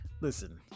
listen